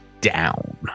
down